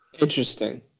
interesting